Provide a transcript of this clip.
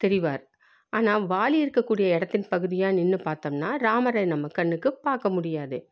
தெரிவார் ஆனால் வாலி இருக்கக்கூடிய இடத்தின் பகுதியாக நின்று பார்த்தம்னா ராமரை நம்ம கண்ணுக்கு பார்க்க முடியாது